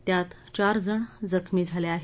त्यात चारजण जखमी झाले आहेत